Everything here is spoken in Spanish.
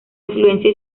influencia